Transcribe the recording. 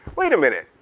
wait a minute,